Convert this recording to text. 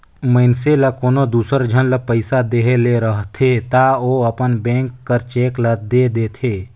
मइनसे ल कोनो दूसर झन ल पइसा देहे ले रहथे ता ओ अपन बेंक कर चेक ल दे देथे